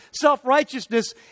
self-righteousness